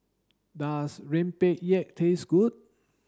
does Rempeyek taste good